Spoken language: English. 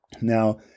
Now